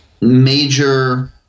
major